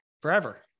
forever